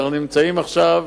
ואנחנו נמצאים עכשיו